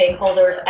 stakeholders